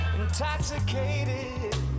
intoxicated